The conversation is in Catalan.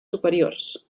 superiors